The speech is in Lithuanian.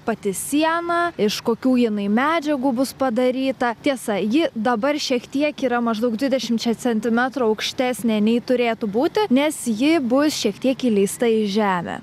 pati siena iš kokių jinai medžiagų bus padaryta tiesa ji dabar šiek tiek yra maždaug dvidešimčia centimetrų aukštesnė nei turėtų būti nes ji bus šiek tiek įleista į žemę